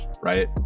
right